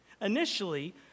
Initially